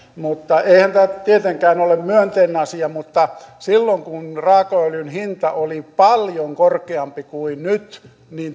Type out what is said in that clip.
mutta eihän tämä tietenkään ole myönteinen asia silloin kun raakaöljyn hinta oli paljon korkeampi kuin nyt niin